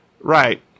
right